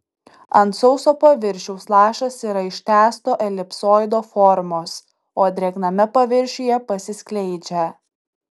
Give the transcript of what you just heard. ant sauso paviršiaus lašas yra ištęsto elipsoido formos o drėgname paviršiuje pasiskleidžia